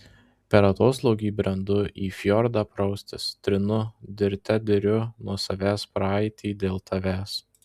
per atoslūgį brendu į fjordą praustis trinu dirte diriu nuo savęs praeitį dėl tavęs